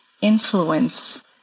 influence